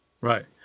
right